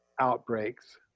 outbreaks